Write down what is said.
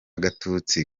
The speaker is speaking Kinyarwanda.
gatutsi